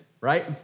right